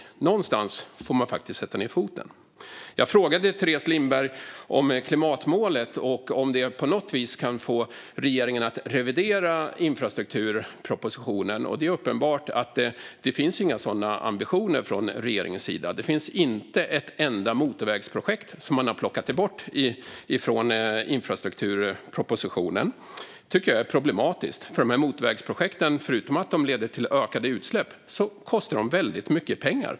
Någonstans får man faktiskt sätta ned foten. Jag frågade Teres Lindberg om klimatmålet och om det på något vis kan få regeringen att revidera infrastrukturpropositionen. Det är uppenbart att det inte finns några sådana ambitioner från regeringens sida. Det finns inte ett enda motorvägsprojekt som man har plockat bort från infrastrukturpropositionen. Det tycker jag är problematiskt, för motorvägsprojekten kostar väldigt mycket pengar förutom att de leder till ökade utsläpp.